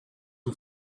who